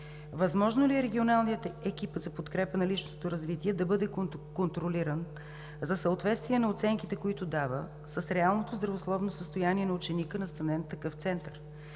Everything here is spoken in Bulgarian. възможно ли е регионалният екип за подкрепа на личностното развитие да бъде контролиран за съответствие на оценките, които дава, с реалното здравословно състояние на ученика, настанен в такъв център?